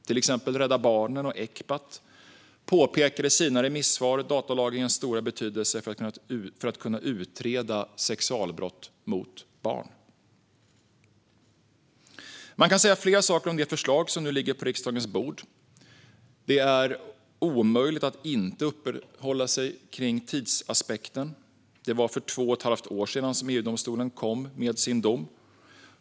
Till exempel Rädda Barnen och Ecpat påpekar i sina remisssvar datalagringens stora betydelse för att kunna utreda sexualbrott mot barn. Man kan säga flera saker om det förslag som nu ligger på riksdagens bord. Det är omöjligt att inte uppehålla sig vid tidsaspekten. Det var för två och ett halvt år sedan som EU-domstolen kom med sin dom.